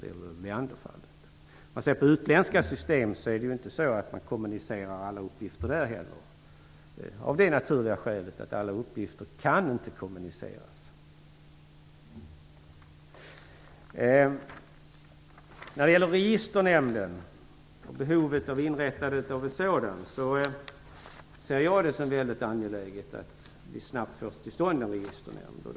Om man ser på utländska system finner man att det inte är så att man där kommunicerar alla uppgifter, av det naturliga skälet att alla uppgifter inte kan kommuniceras. Jag ser det som mycket angeläget att vi snabbt får till stånd en registernämnd.